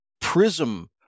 prism